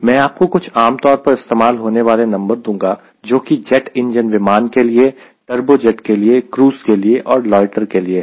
मैं आपको कुछ आमतौर पर इस्तेमाल होने वाले नंबर दूंगा जोकि जेट इंजन विमान के लिए टर्बो जेट के लिए क्रूज़ के लिए और लोयटर के लिए है